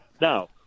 Now